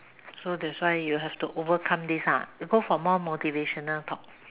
so that's why you have to overcome this lah go for more motivational talk